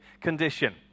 condition